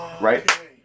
Right